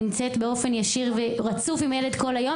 נמצאת באופן ישיר ורצוף עם הילד כל היום,